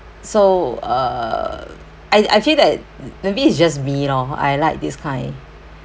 so uh I I feel that m~ maybe it's just me loh I like this kind